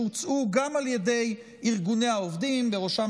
שהוצעו גם על ידי ארגוני העובדים ובראשם